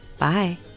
Bye